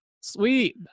sweet